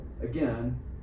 again